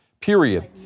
period